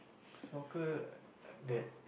soccer uh that